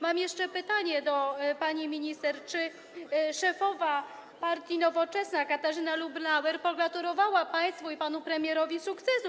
Mam jeszcze pytanie do pani minister: Czy szefowa partii Nowoczesna Katarzyna Lubnauer pogratulowała państwu i panu premierowi sukcesów?